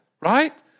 right